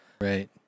Right